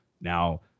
Now